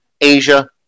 Asia